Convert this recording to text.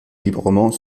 librement